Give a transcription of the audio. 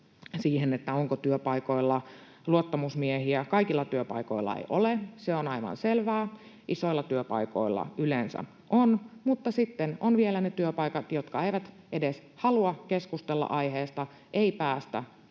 siihen, onko työpaikoilla luottamusmiehiä: Kaikilla työpaikoilla ei ole, se on aivan selvää. Isoilla työpaikoilla yleensä on, mutta sitten ovat vielä ne työpaikat, jotka eivät edes halua keskustella aiheesta, eivät päästä